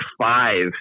five